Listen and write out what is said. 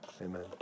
amen